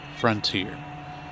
Frontier